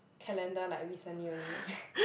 calendar like recently only